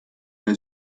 der